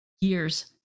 years